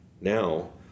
now